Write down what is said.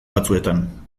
batzuetan